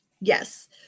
Yes